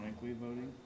voting